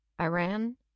Iran